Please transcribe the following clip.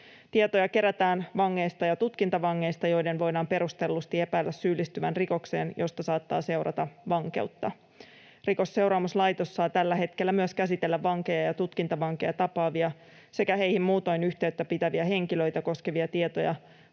Tietoja kerätään vangeista ja tutkintavangeista, joiden voidaan perustellusti epäillä syyllistyvän rikokseen, josta saattaa seurata vankeutta. Rikosseuraamuslaitos saa tällä hetkellä myös käsitellä vankeja ja tutkintavankeja tapaavia sekä heihin muutoin yhteyttä pitäviä henkilöitä koskevia tietoja